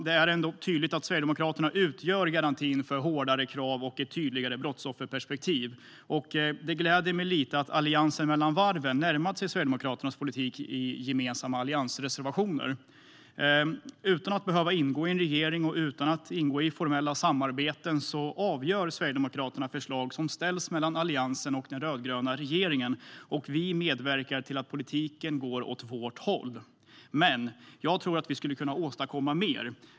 Det är tydligt att Sverigedemokraterna utgör garantin för hårdare krav och ett tydligare brottsofferperspektiv. Och det gläder mig lite att Alliansen mellan varven närmat sig Sverigedemokraternas politik i gemensamma alliansreservationer. Utan att behöva ingå i en regering och utan att ingå i formella samarbeten avgör Sverigedemokraterna förslag som ställs mellan Alliansen och den rödgröna regeringen, och vi medverkar till att politiken går åt vårt håll. Men jag tror att vi skulle kunna åstadkomma mer.